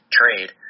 trade